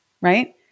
right